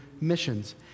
missions